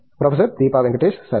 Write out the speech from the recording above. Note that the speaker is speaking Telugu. ప్రొఫెసర్ దీపా వెంకటేష్ సరే